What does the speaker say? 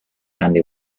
andy